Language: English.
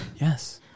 Yes